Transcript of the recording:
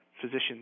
physicians